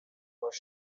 was